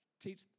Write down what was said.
teach